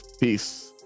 Peace